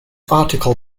article